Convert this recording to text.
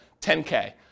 10K